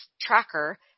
tracker